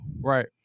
Right